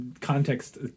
Context